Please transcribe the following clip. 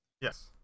Yes